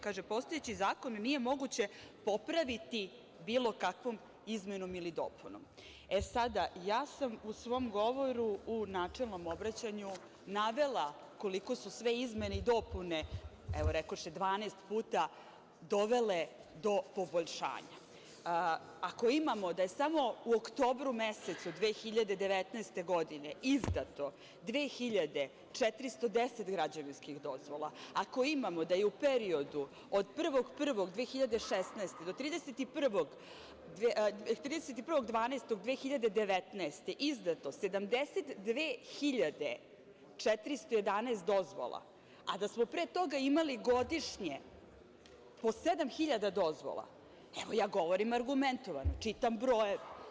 Kaže: „Postojeći zakon nije moguće popraviti bilo kakvom izmenom ili dopunom.“ E, sada, ja sam u svom govoru, u načelnom obraćanju, navela koliko su sve izmene i dopune, evo rekoše 12 puta dovele do poboljšanja, ako imamo da je samo u oktobru mesecu, 2019. godine izdato 2.410 građevinskih dozvola, ako imamo da je u periodu od 1.1.2016. do 31.12.2019. godine, izdato 72.411 dozvola, a da smo pre toga imali godišnje po 7.000 dozvola, evo, ja govorim argumentovano, čitam brojeve.